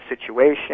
situation